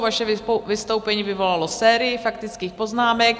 Vaše vystoupení vyvolalo sérii faktických poznámek.